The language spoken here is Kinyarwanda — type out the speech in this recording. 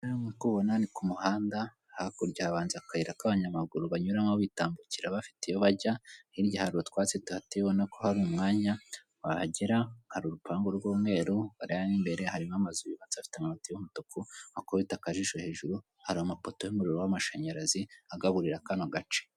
muri kubibona ni kumuhanda hakurya habanza akayira k'abanyamaguru banyuramo bitambukira bafite iyo bajya hirya hari utwatsi tuhateye ubona ko hari umwanya wahagera hari urupangu rw'umweru warebamo imbere harimo amazu yubatse afite amabati y'umutuku waterera amaso hejuru hari amapoto y'amashanyarazi agaburira kano gace.